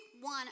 one